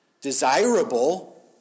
desirable